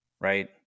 right